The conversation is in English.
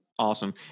Awesome